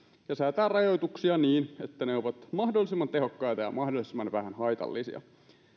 ja säätää rajoituksia niin että ne ovat mahdollisimman tehokkaita ja mahdollisimman vähän haitallisia